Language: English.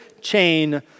chain